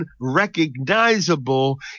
unrecognizable